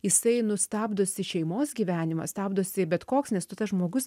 jisai nu stabdosi šeimos gyvenimą stabdosi bet koks nes tu tas žmogus